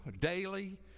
daily